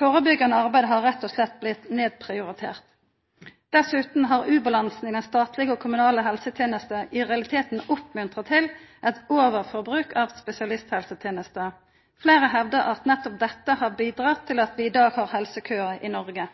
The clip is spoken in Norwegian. Førebyggjande arbeid har rett og slett blitt nedprioritert. Dessutan har ubalansen i den statlege og kommunale helsetenesta i realiteten oppmuntra til eit overforbruk av spesialisthelsetenester. Fleire hevdar at nettopp dette har bidrege til at vi i dag har helsekøar i Noreg.